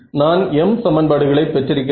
நான் m சமன்பாடுகளை பெற்றிருக்கிறேன்